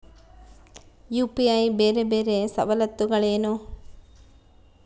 UPI ಬೇರೆ ಬೇರೆ ಸವಲತ್ತುಗಳೇನು?